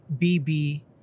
BB